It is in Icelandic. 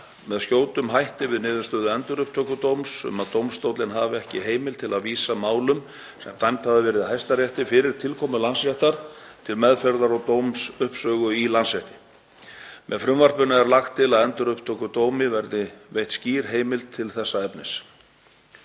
með skjótum hætti við niðurstöðu Endurupptökudóms um að dómstóllinn hafi ekki heimild til að vísa málum sem dæmd hafa verið í Hæstarétti fyrir tilkomu Landsréttar til meðferðar og dómsuppsögu í Landsrétti. Með frumvarpinu er lagt til að Endurupptökudómi verði veitt skýr heimild til þessa efnis.